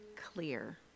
clear